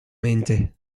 menge